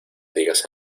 digas